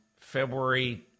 February